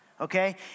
Okay